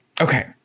Okay